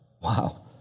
Wow